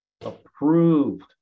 approved